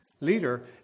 leader